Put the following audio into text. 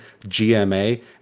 GMA